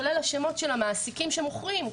כולל השמות של המעסיקים שמוכרים,